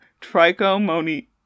Trichomoniasis